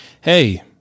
hey